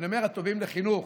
אני אומר: הטובים לחינוך.